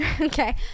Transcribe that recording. Okay